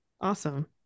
awesome